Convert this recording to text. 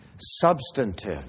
Substantive